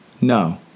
No